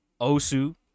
Osu